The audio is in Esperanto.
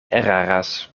eraras